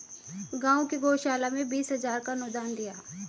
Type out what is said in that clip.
गांव की गौशाला में बीस हजार का अनुदान दिया